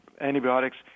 antibiotics